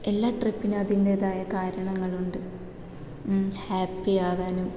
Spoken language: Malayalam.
എല്ലാ ട്രിപ്പിനും അതിൻ്റേതായ കാരണങ്ങളുണ്ട് ഹാപ്പി ആവാനും